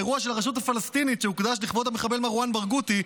באירוע של הרשות הפלסטינית שהוקדש לכבוד המחבל מרואן ברגותי,